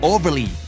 Overly